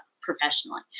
professionally